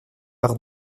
par